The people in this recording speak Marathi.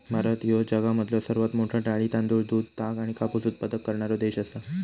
भारत ह्यो जगामधलो सर्वात मोठा डाळी, तांदूळ, दूध, ताग आणि कापूस उत्पादक करणारो देश आसा